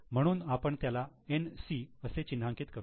म्हणून आपण त्याला 'NC' असे चिन्हांकित करू